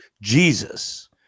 Jesus